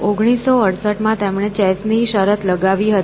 1968 માં તેમણે ચેસ ની શરત લગાવી હતી